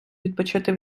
відпочити